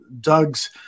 doug's